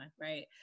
right